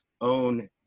own